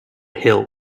hill